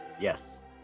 yes